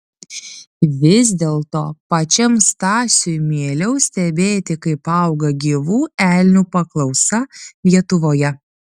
vis dėlto pačiam stasiui mieliau stebėti kaip auga gyvų elnių paklausa lietuvoje